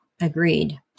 Agreed